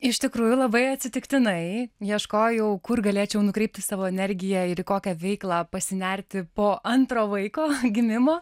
iš tikrųjų labai atsitiktinai ieškojau kur galėčiau nukreipti savo energiją ir į kokią veiklą pasinerti po antro vaiko gimimo